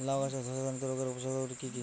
লাউ গাছের ধসা জনিত রোগের উপসর্গ গুলো কি কি?